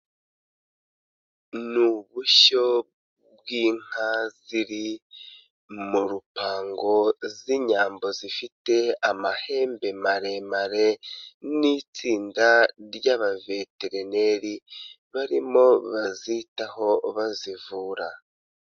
Ni ubushyo bw'inka ziri mu rupango z'inyambo zifite amahembe maremare, n'itsinda ry'abaveterineri barimo bazitaho bazivura.